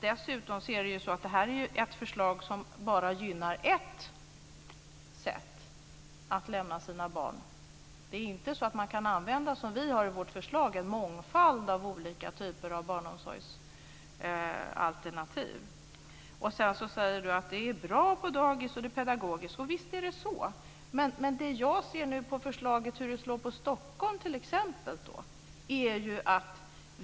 Dessutom är det här ett förslag som bara gynnar ett sätt att lämna sina barn. Det är inte så att man, som i vårt förslag, kan använda en mångfald olika typer av barnomsorgsalternativ. Sedan säger Ulla Hoffmann att det är bra på dagis och att det är pedagogiskt. Visst är det så. Men jag ser hur förslaget slår på t.ex. Stockholm.